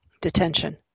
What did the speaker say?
detention